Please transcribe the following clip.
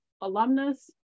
alumnus